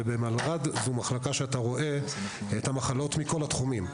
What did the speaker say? ובמלר"ד אתה רואה את המחלות מכל התחומים,